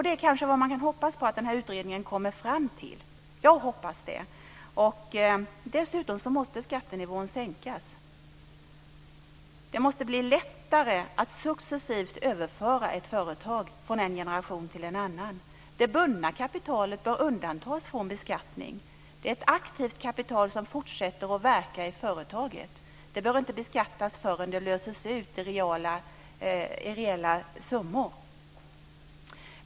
Det kanske man kan hoppas att den här utredningen kommer fram till - jag hoppas det. Dessutom måste skattenivån sänkas. Det måste bli lättare att successivt överföra ett företag från en generation till en annan. Det bundna kapitalet bör undantas från beskattning. Det är ett aktivt kapital som fortsätter att verka i företaget. Det behöver inte beskattas förrän det löses ut i reella summor.